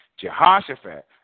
Jehoshaphat